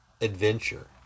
adventure